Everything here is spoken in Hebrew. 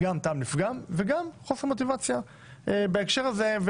טעם לפגם וגם חוסר מוטיבציה בהקשר הזה,